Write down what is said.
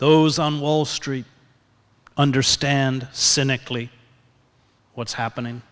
those on wall street understand cynically what's happening